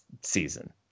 season